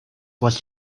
was